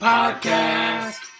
Podcast